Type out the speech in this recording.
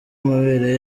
amabere